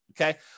okay